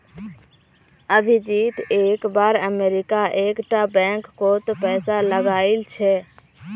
अभिजीत एक बार अमरीका एक टा बैंक कोत पैसा लगाइल छे